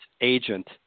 agent